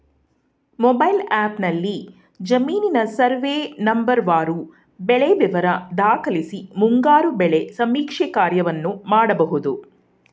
mobile ಆ್ಯಪ್ನಲ್ಲಿ ಜಮೀನಿನ survey ನಂಬರ್ವಾರು ಬೆಳೆ ವಿವರ ದಾಖಲಿಸಿ ಮುಂಗಾರು ಬೆಳೆ ಸಮೀಕ್ಷೆ ಕಾರ್ಯವನ್ನು ಮಾಡ್ಬೋದು